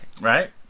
Right